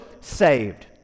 saved